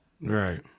Right